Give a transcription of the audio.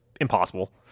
impossible